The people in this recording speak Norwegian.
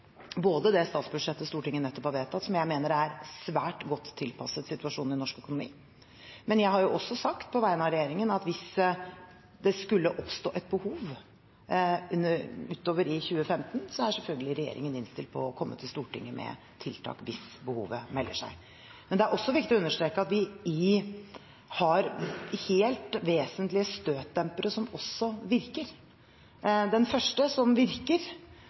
det statsbudsjettet Stortinget nettopp har vedtatt, som jeg mener er svært godt tilpasset situasjonen i norsk økonomi. Jeg har også sagt på vegne av regjeringen at hvis det skulle oppstå et behov utover i 2015, så er selvfølgelig regjeringen innstilt på å komme til Stortinget med tiltak. Det er også viktig å understreke at vi har helt vesentlige støtdempere som virker. Den første som virker,